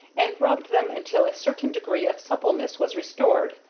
and rubbed them until a certain degree of suppleness was restored.